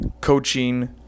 coaching